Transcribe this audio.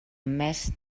més